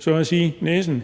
så at sige